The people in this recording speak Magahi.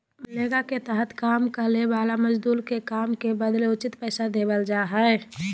मनरेगा के तहत काम करे वाला मजदूर के काम के बदले उचित पैसा देवल जा हय